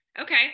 okay